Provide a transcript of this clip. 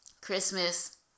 Christmas